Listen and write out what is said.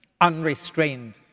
unrestrained